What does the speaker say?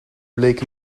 bleek